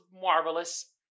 marvelous